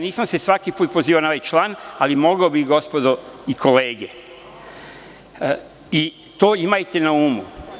Nisam se svaki put pozivao na ovaj član, ali mogao bih, gospodo i kolege, to imajte na umu.